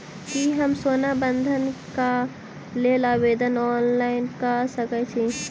की हम सोना बंधन कऽ लेल आवेदन ऑनलाइन कऽ सकै छी?